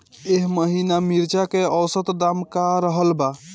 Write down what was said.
एह महीना मिर्चा के औसत दाम का रहल बा?